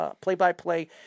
play-by-play